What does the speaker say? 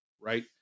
right